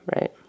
right